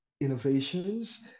innovations